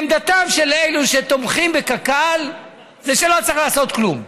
עמדתם של אלו שתומכים בקק"ל היא שלא צריך לעשות כלום.